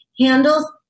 handles